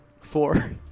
four